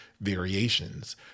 variations